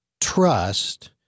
trust